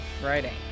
Friday